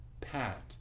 Pat